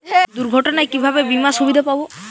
দুর্ঘটনায় কিভাবে বিমার সুবিধা পাব?